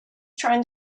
trying